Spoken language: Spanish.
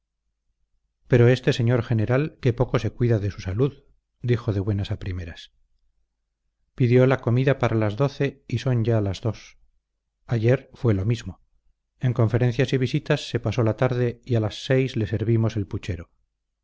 pero este señor general qué poco se cuida de su salud dijo de buenas a primeras pidió la comida para las doce y son ya las dos ayer fue lo mismo en conferencias y visitas se pasó la tarde y a las seis le servimos el puchero